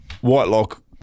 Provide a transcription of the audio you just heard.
Whitelock